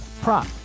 prop